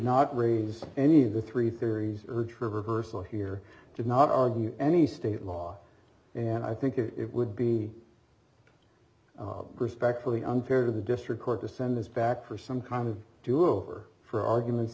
not raise any of the three theories urged her personal here did not argue any state law and i think it would be respectfully unfair to the district court to send this back for some kind of do over for arguments